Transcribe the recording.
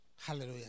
Hallelujah